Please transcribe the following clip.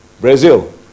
Brazil